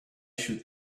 should